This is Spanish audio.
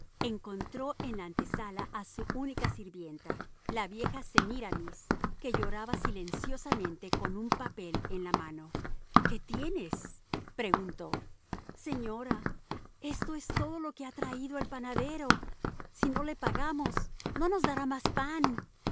encontró en la antesala a su única sirvienta la vieja semíramis que lloraba silenciosamente con un papel en la mano qué tienes preguntó señora esto es todo lo que ha traído el panadero si no le pagamos no nos dará más pan